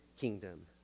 kingdom